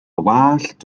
wallt